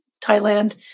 Thailand